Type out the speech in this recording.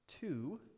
Two